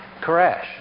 Koresh